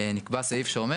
נקבע סעיף שאומר